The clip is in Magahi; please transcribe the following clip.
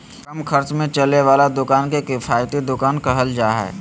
कम खर्च में चले वाला दुकान के किफायती दुकान कहल जा हइ